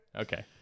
okay